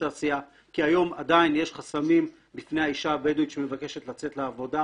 תעשייה כי היום עדיין יש חסמים בפני האישה הבדואית שמבקשת לצאת לעבודה